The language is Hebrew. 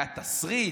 היה תסריט,